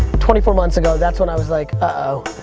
twenty four months ago, that's when i was like uh-oh,